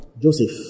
Joseph